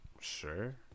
Sure